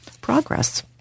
progress